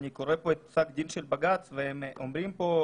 אני קורא פה את פסק הדין של בג"ץ והם אומרים פה: